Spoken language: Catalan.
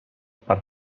per